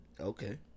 Okay